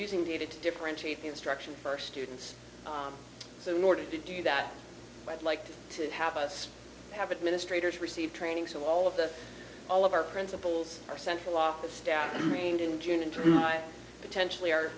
using data to differentiate instruction first students so in order to do that i'd like to have us have administrators receive training so all of the all of our principals our central office staff remained in june and potentially are